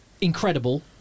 incredible